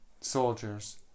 soldiers